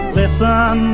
listen